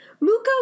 Muko